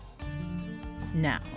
Now